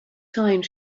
time